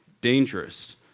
dangerous